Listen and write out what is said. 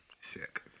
sick